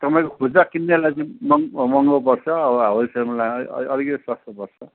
तपाईँको खुद्रा किन्नेलाई चैँ मङ् महँगो पर्छ अब होलसेलमा लानेलाई अलि अलिकति सस्तो पर्छ